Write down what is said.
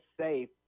safe